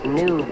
new